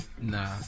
Nah